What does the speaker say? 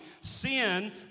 Sin